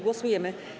Głosujemy.